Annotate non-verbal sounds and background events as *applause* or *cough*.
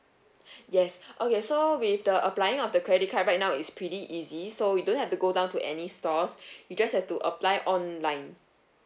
*breath* yes okay so with the applying of the credit card right now is pretty easy so you don't have to go down to any stores *breath* you just have to apply online